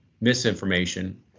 misinformation